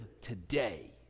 today